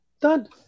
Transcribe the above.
Done